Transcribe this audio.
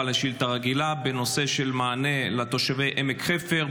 לשאילתה רגילה בנושא המענה לתושבי עמק חפר,